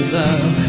love